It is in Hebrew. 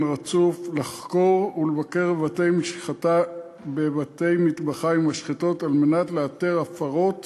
רצוף לחקור ולבקר בבתי-מטבחיים ומשחטות על מנת לאתר הפרות